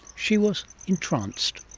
she was entranced.